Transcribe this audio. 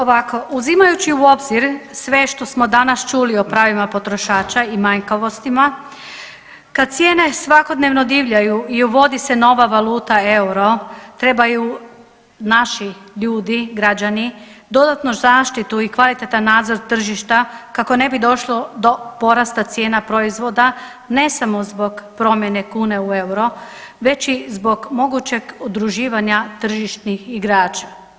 Ovako, uzimajući u obzir sve što smo danas čuli o pravima potrošača i manjkavostima, kad cijene svakodnevno divljaju i uvodi se nova valuta euro, trebaju naši ljudi, građani, dodatnu zaštitu i kvalitetan nadzor tržišta kako ne bi došlo do porasta cijena proizvoda, ne samo zbog promjene kune u euro, već i zbog mogućeg udruživanja tržišnih igrača.